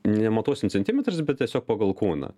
nematuosim centimetrais bet tiesiog pagal kūną